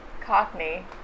Cockney